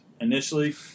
initially